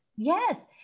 Yes